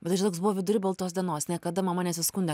bet tai čia toks buvo vidury baltos dienos niekada mama nesiskundė